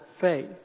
faith